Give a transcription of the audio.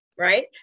right